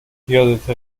یادته